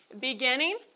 beginning